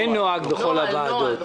אין נוהג בכל הוועדות.